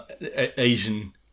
Asian